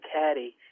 caddy